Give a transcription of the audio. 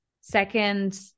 Second